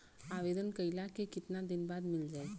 आवेदन कइला के कितना दिन बाद मिल जाई?